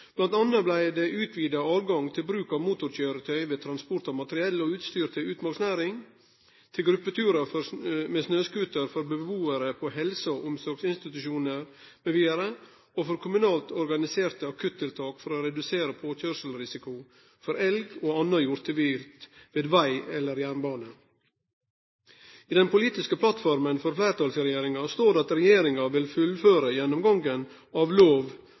anna blei det utvida høve til bruk av motorkjøretøy ved transport av materiell og utstyr til utmarksnæring, til gruppeturar med snøscooter for bebuarar på helse- og omsorgsinstitusjonar mv. og for kommunalt organiserte akuttiltak for å redusere påkjørselsrisiko for elg og anna hjortevilt ved veg eller jernbane. I den politiske plattforma for fleirtalsregjeringa står det at regjeringa vil fullføre gjennomgangen av lov